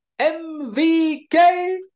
MVK